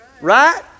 right